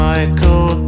Michael